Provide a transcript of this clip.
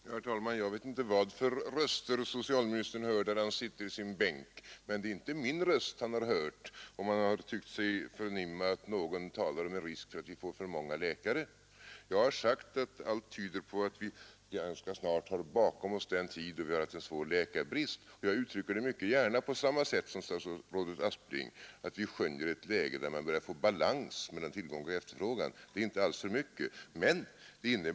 Herr talman! Jag vet inte vilka röster socialministern hör, när han sitter i sin bänk. Men det är inte min röst han har hört, om han tyckt sig förnimma att någon talade om en risk för att vi skulle få för många läkare. Jag har sagt att allt tyder på att vi ganska snart har bakom oss den tid då vi hade en svår läkarbrist. Jag uttrycker det mycket gärna på samma sätt som statsrådet Aspling, nämligen att vi skönjer ett läge med början till en balans mellan tillgång och efterfrågan. Det finns inte alls för många läkare.